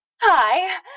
Hi